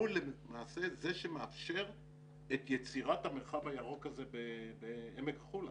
הוא למעשה זה שמאפשר את יצירת המרחב הירוק הזה בעמק החולה.